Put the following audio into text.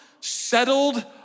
settled